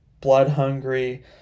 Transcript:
blood-hungry